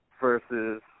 versus